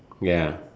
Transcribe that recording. ya